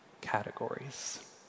categories